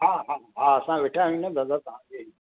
हा हा हा असां वेठा आहियूं न दादा